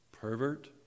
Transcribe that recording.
pervert